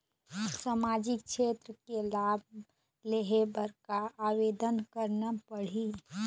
सामाजिक क्षेत्र के लाभ लेहे बर का आवेदन करना पड़ही?